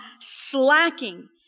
slacking